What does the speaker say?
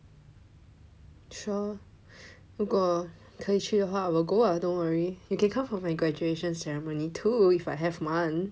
sure 如果可以去的话 I will go lah don't worry you can come for my graduation ceremony too if I have one